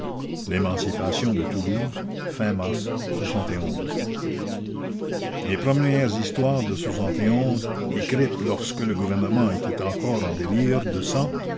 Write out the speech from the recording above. l'emancipation de toulouse fin mars es premières histoires de écrites lorsque le gouvernement était encore en délire de sang